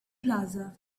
plaza